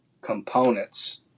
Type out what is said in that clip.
components